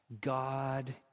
God